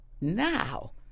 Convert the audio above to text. Now